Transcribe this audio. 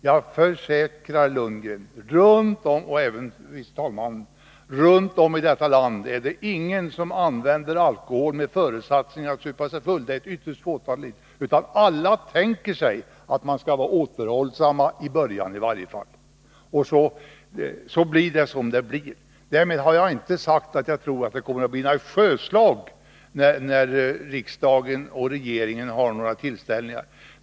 Jag försäkrar Bo Lundgren och förste vice talmannen att det runt om i detta land bara är ett ytterst litet fåtal som använder alkohol med föresatsen att supa sig full. Så gott som alla tänker att de skall vara återhållsamma, i varje fall i början. Sedan blir det som det blir. Därmed har jag inte sagt att jag tror att det kommer att bli några sjöslag när riksdagen och regeringen har tillställningar.